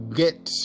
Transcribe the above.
get